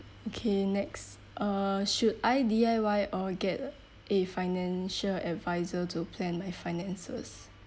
okay next uh should I D_I_Y or get a financial adviser to plan my finances